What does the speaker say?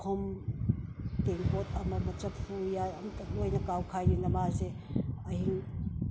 ꯄꯨꯈꯝ ꯇꯦꯡꯀꯣꯠ ꯑꯃ ꯑꯃ ꯆꯐꯨ ꯎꯌꯥꯟ ꯑꯝꯇ ꯂꯣꯏꯅ ꯀꯥꯎꯈꯥꯏꯗꯅ ꯃꯥꯁꯦ ꯑꯍꯤꯡ